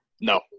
No